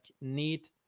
need